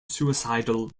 suicidal